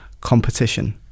competition